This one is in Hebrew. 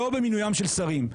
לא במינויים של שרים,